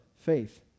faith